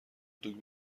دوگ